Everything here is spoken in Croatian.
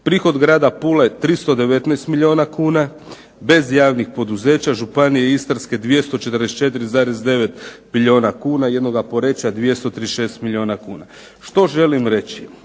Prihod grada Pule 319 milijuna kuna, bez javnih poduzeća, županije Istarske 244,9 milijuna kuna jednoga Poreča 236 milijuna kuna. Što želim reći,